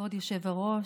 כבוד היושב-ראש,